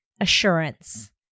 assurance